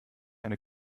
eine